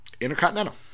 Intercontinental